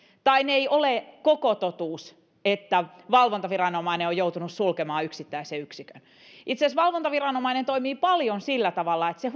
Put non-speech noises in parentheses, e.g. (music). tai se ei ole koko totuus että valvontaviranomainen on joutunut sulkemaan yksittäisen yksikön itse asiassa valvontaviranomainen toimii paljon sillä tavalla että se (unintelligible)